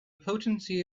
potency